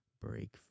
break